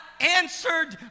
answered